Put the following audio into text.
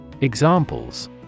Examples